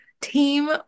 Team